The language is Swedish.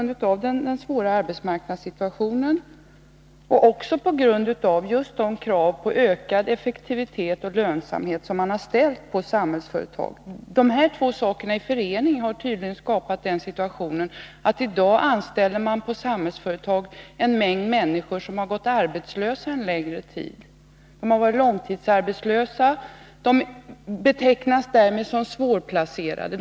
Den svåra arbetsmarknadssituationen och de krav på ökad effektivitet och lönsamhet som man har ställt på Samhällsföretag har tillsammans tydligen skapat den situationen, att man på Samhällsföretag i dag anställer en mängd människor som har gått arbetslösa en längre tid. De är långtidsarbetslösa och betecknas därmed som svårplacerade.